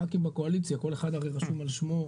הח"כים בקואליציה, כל אחד רשום על שמו,